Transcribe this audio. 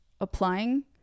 applying